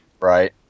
Right